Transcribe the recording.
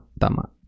Tama